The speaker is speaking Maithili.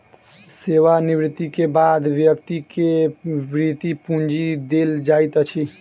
सेवा निवृति के बाद व्यक्ति के वृति पूंजी देल जाइत अछि